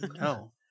no